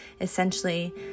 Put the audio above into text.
essentially